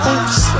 Oops